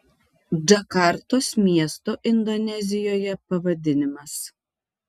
džakartos miesto indonezijoje pavadinimas